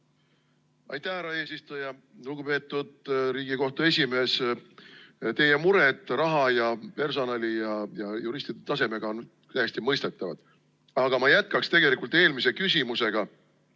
Aitäh, härra eesistuja! Lugupeetud Riigikohtu esimees! Teie mured raha ja personali ja juristide taseme pärast on täiesti mõistetavad. Aga ma jätkan tegelikult eelmist küsimust.